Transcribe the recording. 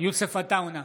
יוסף עטאונה,